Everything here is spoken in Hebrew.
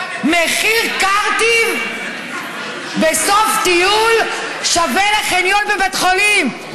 מחיר קרטיב בסוף טיול שווה חניון בבית חולים.